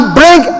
bring